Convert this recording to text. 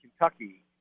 Kentucky